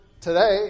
today